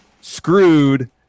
screwed